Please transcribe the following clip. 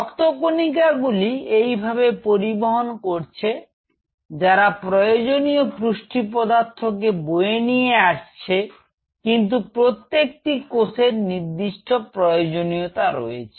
রক্তকণিকা গূলি এইভাবে পরিবহন করছে যারা প্রয়োজনীয় পুষ্টি পদার্থকে বয়ে নিয়ে আসছে কিন্তু প্রত্যেকটি কোষের নির্দিষ্ট প্রয়োজনীয়তা রয়েছে